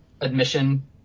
admission